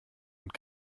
und